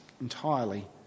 entirely